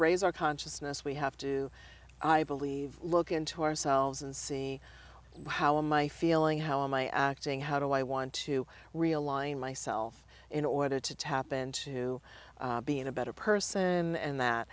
raise our consciousness we have to i believe look into ourselves and see how am i feeling how am i acting how do i want to realign myself in order to tap into being a better person and that